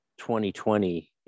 2020